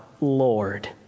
Lord